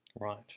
Right